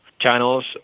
channels